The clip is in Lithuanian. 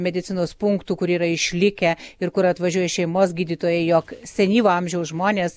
medicinos punktų kur yra išlikę ir kur atvažiuoja šeimos gydytojai jog senyvo amžiaus žmonės